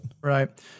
Right